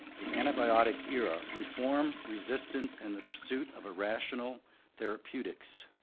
the antibiotic era reform, resistance, and the pursuit of irrational therapeutics,